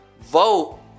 vote